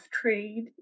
trade